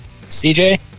CJ